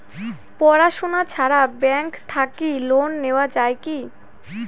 পড়াশুনা ছাড়া ব্যাংক থাকি লোন নেওয়া যায় কি?